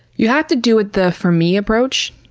you have to do it the for me approach,